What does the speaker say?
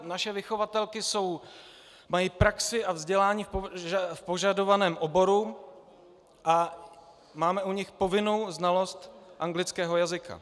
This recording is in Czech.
Naše vychovatelky mají praxi a vzdělání v požadovaném oboru a máme u nich povinnou znalost anglického jazyka.